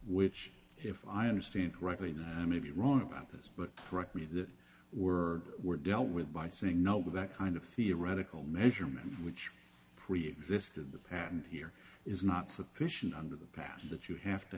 which if i understand correctly even i may be wrong about this but correct me if that were were dealt with by saying no with that kind of theoretical measurement which preexisted the patent here is not sufficient under the passion that you have to